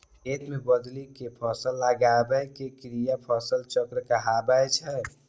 खेत मे बदलि कें फसल लगाबै के क्रिया फसल चक्र कहाबै छै